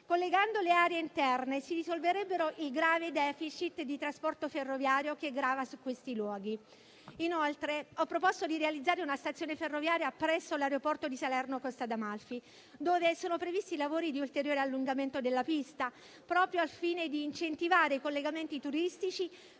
Collegando le aree interne si risolverebbero i gravi *deficit* di trasporto ferroviario che gravano su questi luoghi. Inoltre, ho proposto di realizzare una stazione ferroviaria presso l'aeroporto di Salerno-Costa d'Amalfi, dove sono previsti lavori di ulteriore allungamento della pista, proprio al fine di incentivare i collegamenti turistici